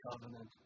covenant